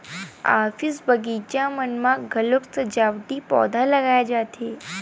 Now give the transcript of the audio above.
office, बगीचा मन म घलोक सजावटी पउधा लगाए जाथे